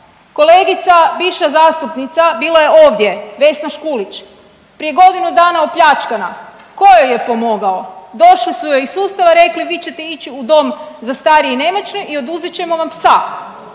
Kolegica bivša zastupnica bila je ovdje Vesna Škulić, prije godinu dana je opljačkana. Tko joj je pomogao? Došli su joj iz sustava i rekli vi ćete ići u dom za starije i nemoćne i oduzet ćemo vam psa